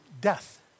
death